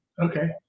Okay